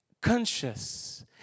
conscious